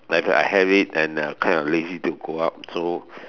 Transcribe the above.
like if I have it and uh kind of lazy to go out so